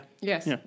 Yes